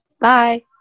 Bye